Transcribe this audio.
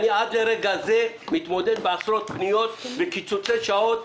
עד לרגע זה אני מתמודד עם עשרות פניות על קיצוצי שעות,